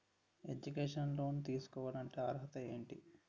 Educational loan తీసుకోవాలంటే అర్హత ఏంటి?